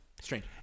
Strange